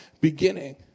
beginning